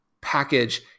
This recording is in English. package